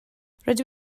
rydw